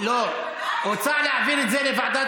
ההצעה להעביר את הנושא לוועדה